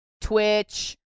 Twitch